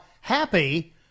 happy